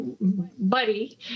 buddy